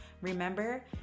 Remember